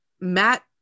Matt